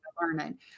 learning